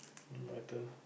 my turn